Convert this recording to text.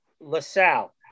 LaSalle